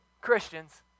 Christians